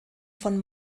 von